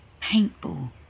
paintball